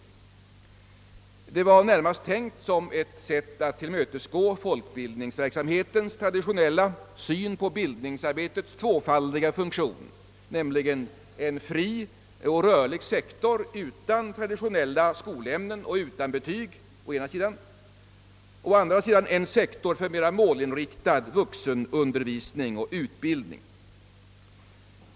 Detta var närmast tänkt som ett tillmötesgående av folkbildningsverksamheten med dess traditionella syn på bildningsarbetet som en tvåfaldig funktion, nämligen å ena sidan en fri och rörlig sektor utan traditionella skolämnen och utan betyg, och å andra sidan en sektor för mer målinriktad vuxenundervisning och utbildning.